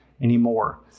anymore